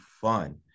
fun